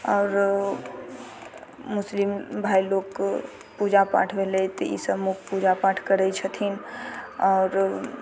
आओर मुस्लिम भाइ लोक पूजा पाठ भेलै तऽ ई सबमे ओ पूजा पाठ करै छथिन आओर